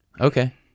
okay